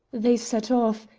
they set off,